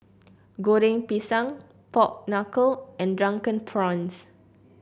Goreng Pisang Pork Knuckle and Drunken Prawns